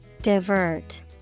Divert